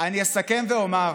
אני אסכם ואומר,